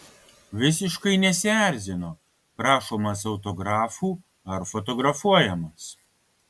visiškai nesierzino prašomas autografų ar fotografuojamas